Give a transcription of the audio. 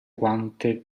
quante